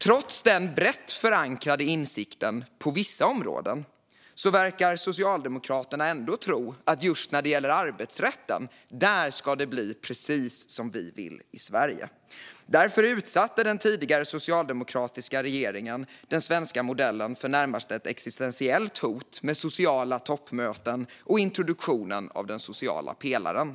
Trots denna brett förankrade insikt på vissa områden verkar Socialdemokraterna ändå tro att just när det gäller arbetsrätten ska det bli precis som vi i Sverige vill. Därför utsatte den tidigare, socialdemokratiska regeringen den svenska modellen för ett närmast existentiellt hot med sociala toppmöten och introduktionen av den sociala pelaren.